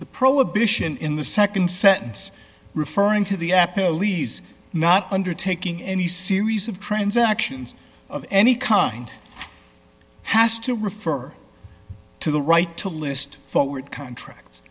the prohibition in the nd sentence referring to the apple ease not undertaking any series of transactions of any kind has to refer to the right to list forward contracts